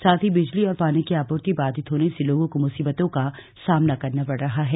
साथ ही बिजली और पानी की आपूर्ति बाधित होने र्स लोगों को मुसीबतों का सामना करना पड़ रहा है